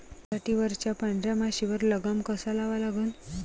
पराटीवरच्या पांढऱ्या माशीवर लगाम कसा लावा लागन?